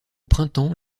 printemps